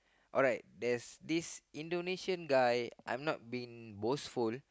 alright there's this Indonesian guy I'm not being boss full